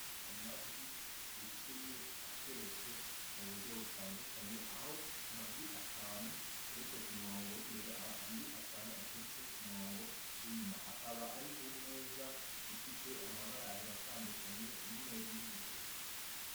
Amagi icumi ateretse mu buryo butandukanye aho amagi atanu ateretse ku murongo w'imbere andi atanu ateretse ku murongo w'inyuma, akaba ari ku meza ifite amabara abiri atandukanye umweru n'ubururu.